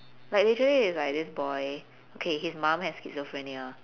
like literally is like this boy okay his mum has schizophrenia